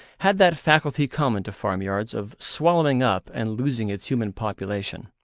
had that faculty common to farmyards of swallowing up and losing its human population.